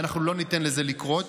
אנחנו לא ניתן לזה לקרות.